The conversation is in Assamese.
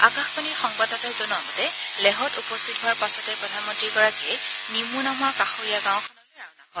আকাশবাণীৰ সংবাদদাতাই জনোৱা মতে লেহত উপস্থিত হোৱাৰ পাছতে প্ৰধানমন্ত্ৰীগৰাকী নিমু নামৰ কাষৰীয়া গাঁওখনলৈ ৰাওনা হয়